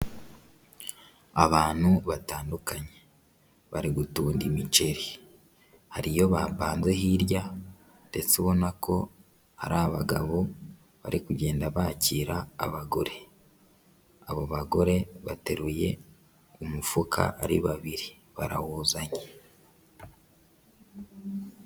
Abantu batandukanye bari gutunda imiceri, hari iyo bapanze hirya ndetse ubona ko hari abagabo bari kugenda bakira abagore, abo bagore bateruye umufuka ari babiri, barawuzanye.